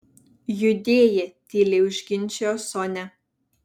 judėjė tyliai užginčijo sonia